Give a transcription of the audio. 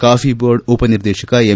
coffee board ಉಪ ನಿರ್ದೇಶಕ M